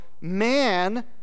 man